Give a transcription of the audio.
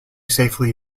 safely